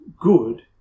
good